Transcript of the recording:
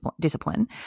discipline